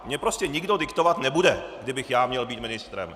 Mně prostě nikdo diktovat nebude, kdybych já měl být ministrem.